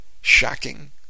shocking